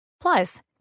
Plus